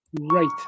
right